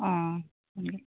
অঁ